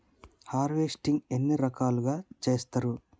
Harvesting ఎన్ని రకాలుగా చేస్తరు?